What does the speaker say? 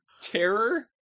terror